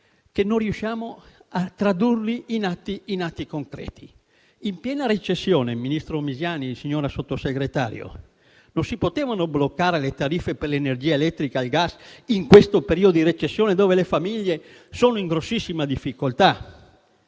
che non riusciremo a tradurli in atti concreti. Signor vice ministro Misiani, signor Sottosegretario, non si potevano bloccare le tariffe per l'energia elettrica e il gas in questo periodo di recessione, in cui le famiglie sono in grossissime difficoltà?